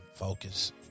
focus